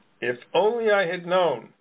if-only-I-had-known